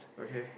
okay